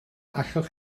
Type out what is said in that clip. allwch